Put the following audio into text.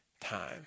time